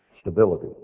stability